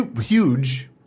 huge